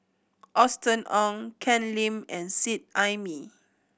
Austen Ong Ken Lim and Seet Ai Mee